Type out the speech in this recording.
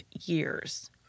years